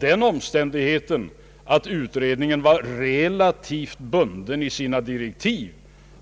Den omständigheten att utredningen var relativt bunden i sina direktiv